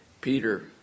Peter